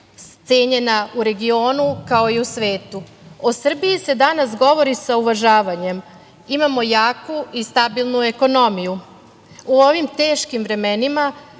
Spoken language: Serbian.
cenjena u regionu, kao i u svetu. O Srbiji se danas govori sa uvažavanjem. Imamo jaku i stabilnu ekonomiju. U ovim teškim vremenima